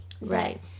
Right